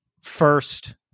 first